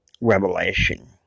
revelation